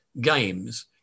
games